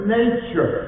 nature